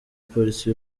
polisi